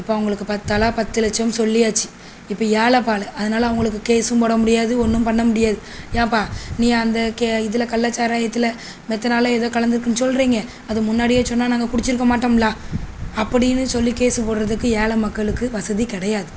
இப்போ அவங்களுக்கு ப தலா பத்து லட்சம் சொல்லியாச்சு இப்போ ஏழை பால அதனால் அவங்களுக்கு கேஸூம் போட முடியாது ஒன்றும் பண்ண முடியாது ஏன்பா நீ அந்த கே இதில் கள்ளச்சாராயத்தில் மெத்தனாலோ ஏதோ கலந்திருக்குனு சொல்கிறிங்க அதை முன்னாடியே சொன்னால் நாங்கள் குடிச்சிருக்க மாட்டோம்ல அப்படினு சொல்லி கேஸு போடுறதுக்கு ஏழை மக்களுக்கு வசதி கிடையாது